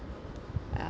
uh